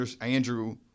Andrew